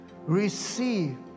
receive